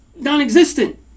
non-existent